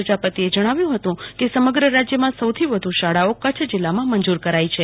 પ્રજાપતિએ જણાવ્યુ હતુ કે સમગ્ર રાજયમાં સૌથી વધુ શાળાઓ કચ્છ જીલ્લામાં મંજુર કરાઈ છે